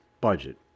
budget